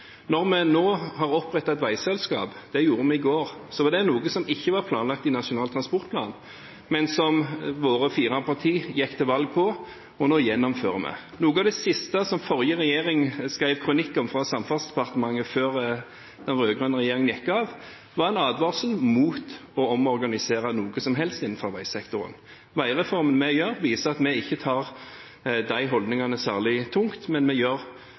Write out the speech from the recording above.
Når vi nå har opprettet et veiselskap – det gjorde vi i går – var det noe som ikke var planlagt i Nasjonal transportplan, men som våre fire partier gikk til valg på, og nå gjennomfører vi. Noe av det siste som den forrige regjering skrev kronikk om fra Samferdselsdepartementet, før den rød-grønne regjeringen gikk av, var en advarsel mot å omorganisere noe som helst innenfor veisektoren. Veireformen vi gjør, viser at vi ikke tar de holdningene særlig tungt, men vi